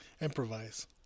Improvise